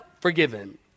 forgiven